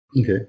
Okay